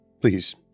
Please